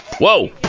whoa